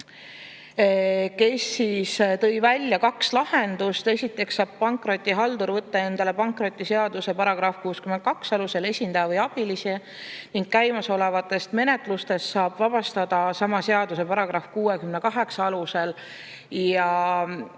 kes tõi välja kaks lahendust. Esiteks saab pankrotihaldur võtta endale pankrotiseaduse § 62 alusel esindaja või abilisi. Ning käimasolevatest menetlustest saab vabastada sama seaduse § 68 alusel.